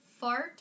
fart